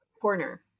corner